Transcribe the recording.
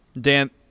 Dan